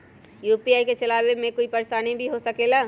UPI के चलावे मे कोई परेशानी भी हो सकेला?